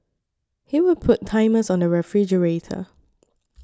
he would put timers on the refrigerator